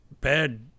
bad